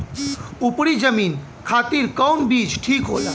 उपरी जमीन खातिर कौन बीज ठीक होला?